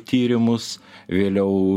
tyrimus vėliau